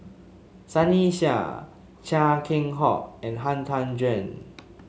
Sunny Sia Chia Keng Hock and Han Tan Juan